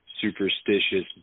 superstitious